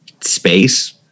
space